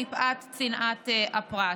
מפאת צנעת הפרט.